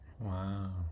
Wow